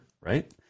right